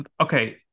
okay